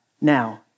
Now